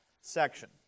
section